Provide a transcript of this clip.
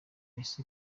ese